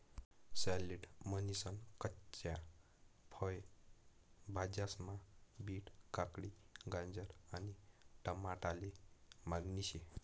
salad म्हनीसन कच्च्या फय भाज्यास्मा बीट, काकडी, गाजर आणि टमाटाले मागणी शे